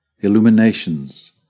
illuminations